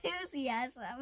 enthusiasm